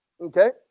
Okay